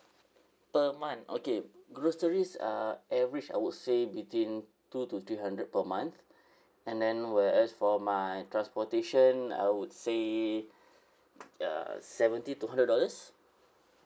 per month okay groceries uh average I would say between two to three hundred per month and then whereas for my transportation I would say uh seventy to hundred dollars